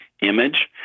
image